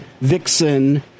Vixen